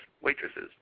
waitresses